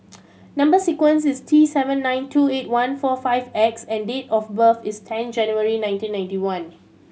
number sequence is T seven nine two eight one four five X and date of birth is ten January nineteen ninety one